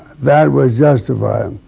that was justified.